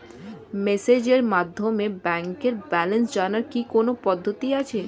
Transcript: মেসেজের মাধ্যমে ব্যাংকের ব্যালেন্স জানার কি কোন পদ্ধতি আছে?